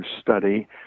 study